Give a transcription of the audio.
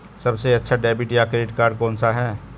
सबसे अच्छा डेबिट या क्रेडिट कार्ड कौन सा है?